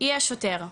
יהיה שוטר,